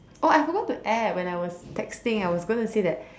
oh I forgot to add when I was texting I was going to say that